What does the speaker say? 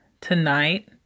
tonight